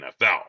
NFL